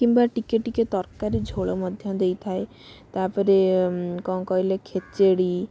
କିମ୍ବା ଟିକେ ଟିକେ ତରକାରୀ ଝୋଳ ମଧ୍ୟ ଦେଇଥାଏ ତାପରେ କ'ଣ କହିଲେ ଖେଚେଡ଼ି